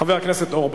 חבר הכנסת אורבך,